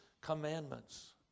commandments